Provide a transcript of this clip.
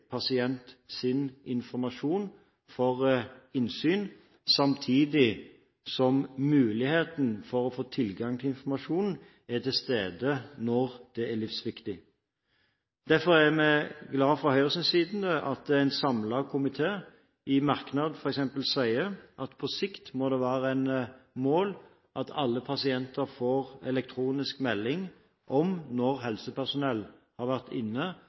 informasjon mot innsyn, samtidig som muligheten for å få tilgang til informasjonen er til stede når det er livsviktig. Derfor er vi fra Høyres side glad for at en samlet komité i merknadene f.eks. sier at på sikt må det være et mål at alle pasienter får elektronisk melding om når helsepersonell har vært inne